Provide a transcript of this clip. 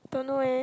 don't know eh